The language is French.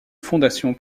fondation